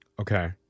Okay